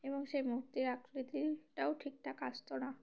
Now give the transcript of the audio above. এবং সেই মূর্তির আকৃতিটাও ঠিকঠাক আসত না